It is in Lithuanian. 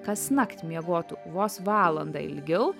kasnakt miegotų vos valandą ilgiau